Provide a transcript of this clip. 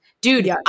Dude